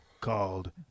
called